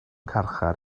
carchar